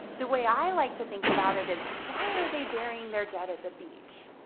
the way i like to think about it is, why are they burying their dead at the beach?